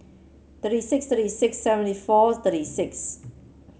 thirty six thirty six seventy four thirty six